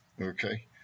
Okay